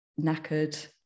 knackered